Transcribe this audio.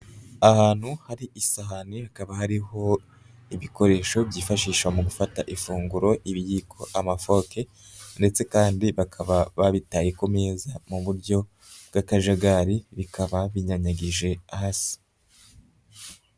Ahantu hari isahani hakaba hariho ibikoresho byifashisha mu gufata ifunguro, ibiyiko, amafoke, ndetse kandi bakaba babitaye ku meza mu buryo bw'akajagari bikaba binyanyagije hasi.